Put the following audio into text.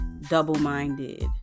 double-minded